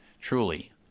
Truly